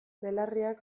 belarriak